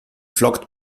flockt